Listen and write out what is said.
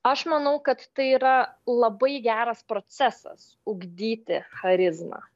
aš manau kad tai yra labai geras procesas ugdyti charizmą